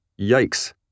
Yikes